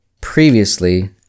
previously